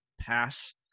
pass